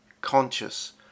conscious